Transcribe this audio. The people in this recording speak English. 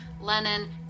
Lenin